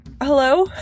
Hello